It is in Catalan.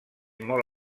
molt